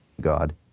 God